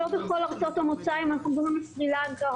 שלא בכל ארצות המוצא אם אנחנו מדברים על סרי לנקה,